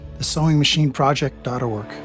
thesewingmachineproject.org